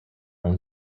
own